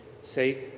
safe